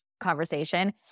conversation